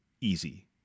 easy